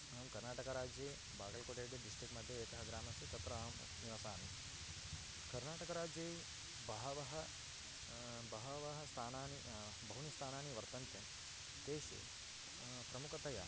अहं कर्नाटकराज्ये बगल्कोटे इति डिस्ट्रिक्ट् मध्ये एकः ग्रामः अस्ति तत्र अहं निवसामि कर्नाटकराज्ये बहूनि बहूनि स्थाननि बहूनि स्थानानि वर्तन्ते तेषु प्रमुखतया